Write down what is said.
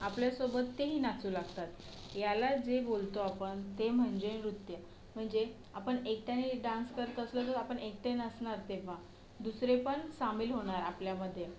आपल्यासोबत तेही नाचू लागतात याला जे बोलतो आपण ते म्हणजे नृत्य म्हणजे आपण एकट्याने डान्स करत असलो तर आपण एकटे नाचणार तेव्हा दुसरेपण सामील होणार आपल्यामध्ये